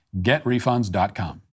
getrefunds.com